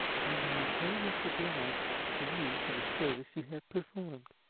and i am very much obliged to you for the service you have performed.